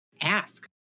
Ask